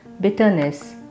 bitterness